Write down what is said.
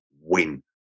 win